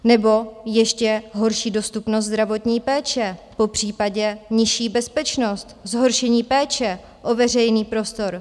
Nebo ještě horší dostupnost zdravotní péče popřípadě nižší bezpečnost, zhoršení péče o veřejný prostor.